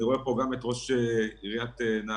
אני רואה פה גם את ראש עיריית נהריה,